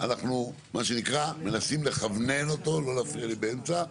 שזה יהיה תנאי בהסמכה.